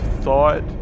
thought